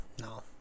No